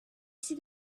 see